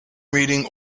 reading